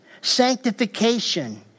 sanctification